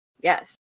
Yes